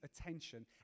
attention